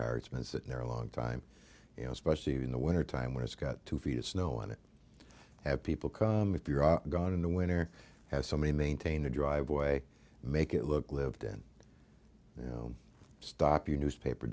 been sitting there a long time you know especially in the wintertime when it's got two feet of snow on it have people come if you're gone in the winter have so many maintain a driveway make it look lived in you know stop your newspaper